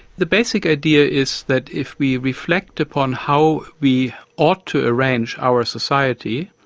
the basic idea is that if we reflect upon how we ought to arrange our society,